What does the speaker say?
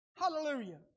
Hallelujah